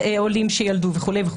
לעולות שילדו וכולי,